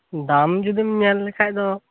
ᱫᱟᱢ ᱡᱩᱫᱤᱢ ᱢᱮᱱ ᱞᱮᱠᱷᱟᱡ ᱫᱚ